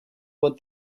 what